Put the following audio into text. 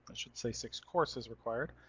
should say six courses required.